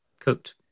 cooked